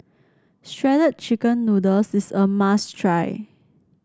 Shredded Chicken Noodles is a must try